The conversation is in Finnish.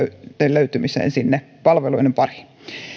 löytymiseen sinne palveluiden pariin